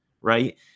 right